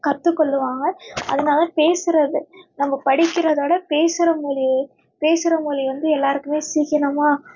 கற்று கொள்வாங்க அதனால பேசுவது நம்ம படிக்கிறதோட பேசுகிற மொழி பேசுகிற மொழி வந்து எல்லாேருக்குமே சீக்கிரமாக